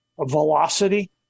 velocity